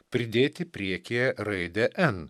pridėti priekyje raidę n